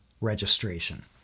registration